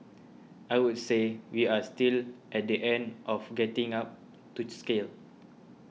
I would say we are still at the end of getting up to scale